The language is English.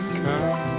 come